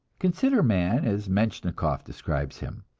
consider man, as metchnikoff describes him,